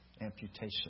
amputation